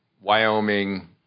Wyoming